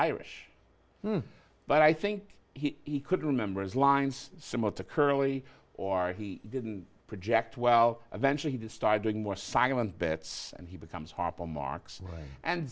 irish but i think he could remember his lines similar to curly or he didn't project well eventually to start doing more sanguine bets and he becomes harpo marx and